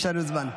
צעיר, יש לנו זמן.